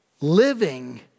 Living